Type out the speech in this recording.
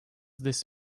this